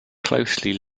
closely